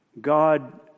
God